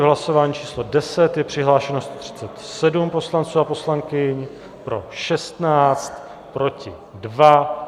V hlasování číslo 10 je přihlášeno 137 poslanců a poslankyň, pro 16, proti 2.